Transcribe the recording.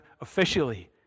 officially